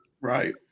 right